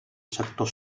sector